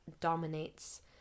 dominates